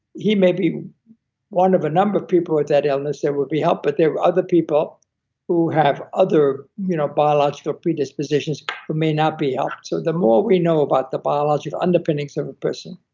he may be one of a number of people with that illness that would be helped, but there are other people who have other you know biological predispositions who may not be helped. so the more we know about the biological underpinnings of a person,